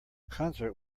concert